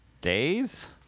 Days